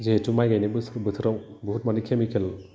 जिहेथु माय गायनाय बोसोर बेथोराव बहुथ मानि केमिकेल